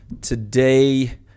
Today